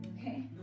Okay